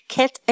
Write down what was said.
Kit